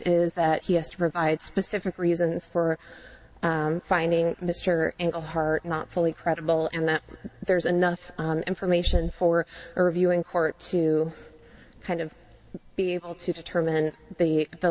is that he has to provide specific reasons for finding mr and a heart not fully credible and that there's enough information for her viewing court to kind of be able to determine the